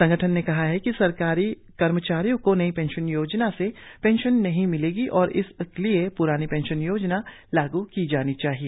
संगठन ने कहा है कि सरकारी कर्मचारियों को नई पेंशन योजना से पेंशन नहीं मिलेगी और इस लिए प्रानी पेंशन योजना को लागू किया जाना चाहिए